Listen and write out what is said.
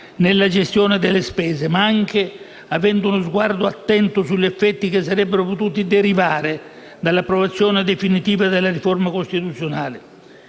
nella gestione delle spese, avendo però anche uno sguardo attento sugli effetti che sarebbero potuti derivare dall'approvazione definitiva della riforma costituzionale.